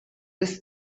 des